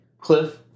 Cliff